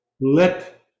let